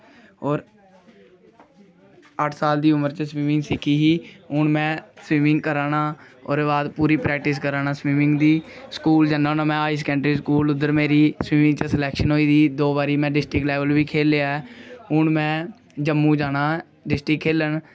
अट्ठ साल दी उमर च स्बिमिंग सिक्खी ही हून में स्बिमिंग करा ना ओहदे बाद पूरी प्रक्टिस करा ना स्बिमिगं दी स्कूल जना होना में हाई स्कैंडरी स्कूल उत्थै मेरे स्बिमिंग च सलेक्शन होई दी दो बारी में डिस्ट्रिक्ट लेवल बी खेलेआ ऐ हून में जम्मू जाना डिस्ट्रिक्ट खेलन